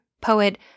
poet